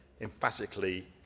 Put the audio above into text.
emphatically